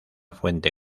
fuente